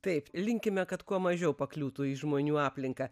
taip ir linkime kad kuo mažiau pakliūtų į žmonių aplinką